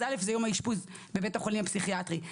אז א' זה יום האשפוז בבית החולים הפסיכיאטרי .